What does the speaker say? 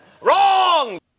Wrong